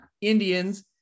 Indians